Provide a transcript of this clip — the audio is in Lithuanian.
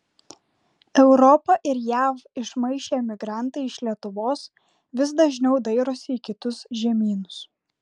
europą ir jav išmaišę emigrantai iš lietuvos vis dažniau dairosi į kitus žemynus